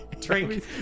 drink